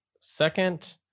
second